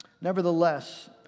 Nevertheless